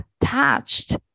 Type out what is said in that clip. attached